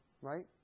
Right